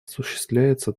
осуществляется